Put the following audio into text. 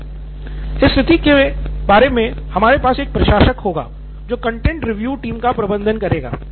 सिद्धार्थ मटूरी इस स्थिति में हमारे पास एक प्रशासक होगा जो कंटेंट रिव्यू टीम का प्रबंधन करेगा